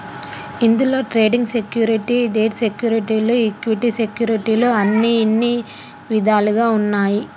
ఇందులో trading security, debt సెక్యూరిటీలు equity సెక్యూరిటీలు అని ఇన్ని ఇదాలుగా ఉంటాయి